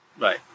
Right